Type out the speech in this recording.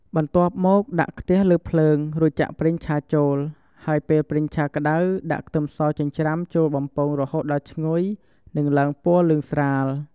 បន្ទាប់មកដាក់ខ្ទះលើភ្លើង រួចចាក់ប្រេងឆាចូល ហើយពេលប្រេងក្ដៅ ដាក់ខ្ទឹមសចិញ្ច្រាំចូលបំពងរហូតដល់ឈ្ងុយ និងឡើងពណ៌លឿងស្រាល។